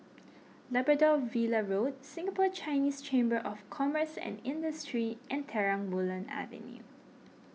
Labrador Villa Road Singapore Chinese Chamber of Commerce and Industry and Terang Bulan Avenue